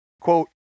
Quote